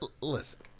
Listen